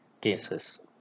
cases